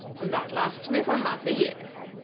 and that lasts me for half a year.